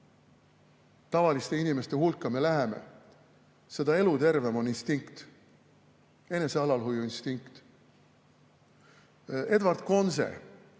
tavaliste inimeste hulka me läheme, seda elutervem on instinkt, enesealalhoiu instinkt. Edward Conze